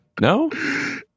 No